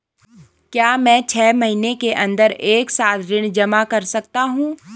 क्या मैं छः महीने के अन्दर एक साथ ऋण जमा कर सकता हूँ?